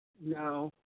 No